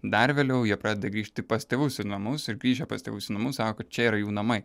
dar vėliau jie pradeda grįžti pas tėvus į namus ir grįžę pas tėvus į namus sako čia yra jų namai